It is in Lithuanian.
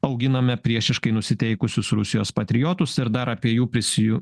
auginame priešiškai nusiteikusius rusijos patriotus ir dar apie jų prisiju